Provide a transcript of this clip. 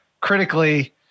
critically